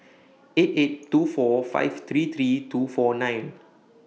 eight eight two four five three three two four nine